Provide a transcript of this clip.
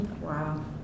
Wow